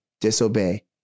disobey